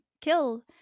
kill